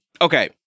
Okay